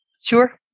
Sure